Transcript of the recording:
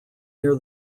near